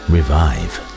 Revive